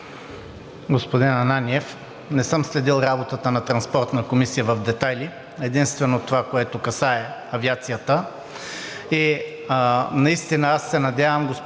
Господин Ананиев, не съм следил работата на Транспортната комисия в детайли, единствено това, което касае авиацията.